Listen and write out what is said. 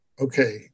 okay